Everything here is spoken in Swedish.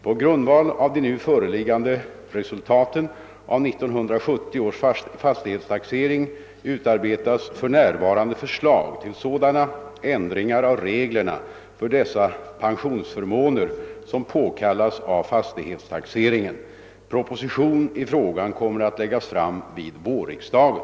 På grundval av de nu föreliggande resultaten av 1970 års fastighetstaxering utarbetas för närvarande förslag till sådana ändringar av reglerna för dessa pensionsförmåner som påkallas av fastighetstaxeringen. Proposition i frågan kommer att läggas fram vid vårriksdagen.